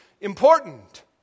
important